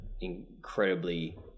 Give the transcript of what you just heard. incredibly